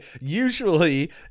usually